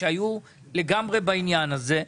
היו לגמרי בעניין הזה.